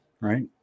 right